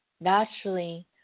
Naturally